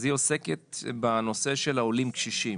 היא עוסקת בנושא של העולים הקשישים.